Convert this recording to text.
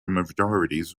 majorities